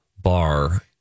bar